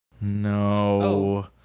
no